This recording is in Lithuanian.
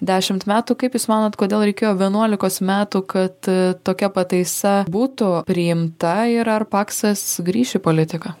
dešimt metų kaip jūs manot kodėl reikėjo vienuolikos metų kad tokia pataisa būtų priimta ir ar paksas grįš į politiką